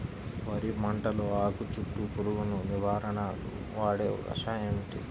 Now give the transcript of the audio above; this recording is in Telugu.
వరి పంటలో ఆకు చుట్టూ పురుగును నివారణకు వాడే కషాయం ఏమిటి?